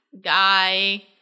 guy